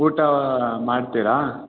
ಊಟ ಮಾಡ್ತೀರಾ